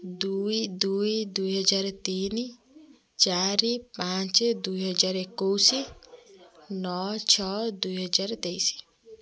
ଦୁଇ ଦୁଇ ଦୁଇ ହଜାର ତିନି ଚାରି ପାଞ୍ଚ ଦୁଇ ହଜାର ଏକୋଇଶି ନଅ ଛଅ ଦୁଇ ହଜାର ତେଇଶି